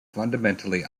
fundamentally